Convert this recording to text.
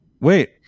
Wait